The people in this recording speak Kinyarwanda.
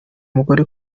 umugore